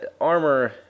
armor